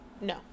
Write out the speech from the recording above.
no